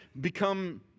become